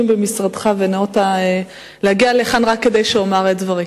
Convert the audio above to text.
במשרדך וניאות להגיע לכאן רק כדי שאומר את דברי.